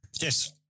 Yes